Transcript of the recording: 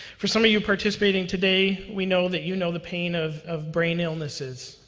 for some of you participating today, we know that you know the pain of of brain illnesses,